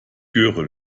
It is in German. göre